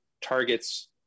targets